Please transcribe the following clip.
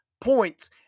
points